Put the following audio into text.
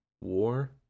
War